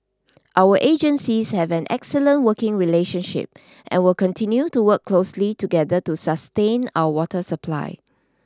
our agencies have an excellent working relationship and will continue to work closely together to sustain our water supply